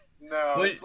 No